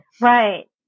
right